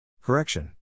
Correction